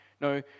No